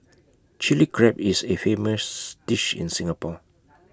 Chilli Crab is A famous dish in Singapore